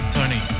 Tony